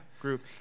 group